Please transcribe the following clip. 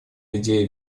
идея